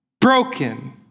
broken